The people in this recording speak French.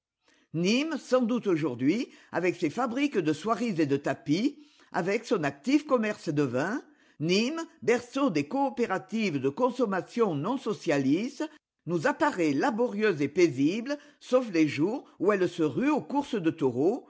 nîmes sans doute aujourd'hui avec ses fabriques de soieries et de tapis avec son actif commerce de vins nîmes berceau des coopératives de consommation non socialistes nous apparaît laborieuse et paisible sauf les jours oti elle se rue aux courses de taureaux